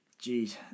Jeez